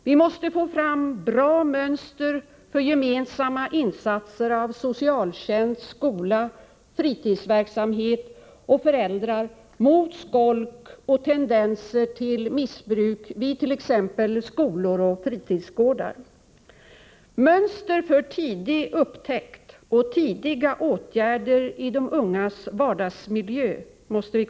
Vi måste få fram bra mönster för gemensamma insatser av socialtjänst, skola, fritidsverksamhet och föräldrar mot skolk och tendenser till missbruk vid t.ex. skolor och fritidsgårdar. Vi måste skapa mönster för tidig upptäckt och tidiga åtgärder i de ungas vardagsmiljö.